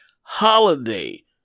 holiday